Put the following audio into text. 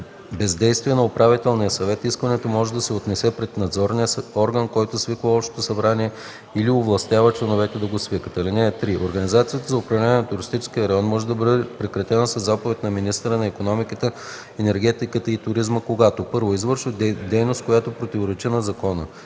бездействие на управителния съвет искането може да се отнесе пред надзорния орган, който свиква общото събрание или овластява членовете да го свикат. (3) Организацията за управление на туристическия район може да бъде прекратена със заповед на министъра на икономиката, енергетиката и туризма, когато: 1. извършва дейност, която противоречи на закона,